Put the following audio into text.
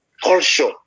Culture